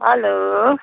hello